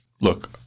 look